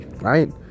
right